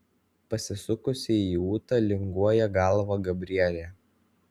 pasisukusi į ūtą linguoja galvą gabrielė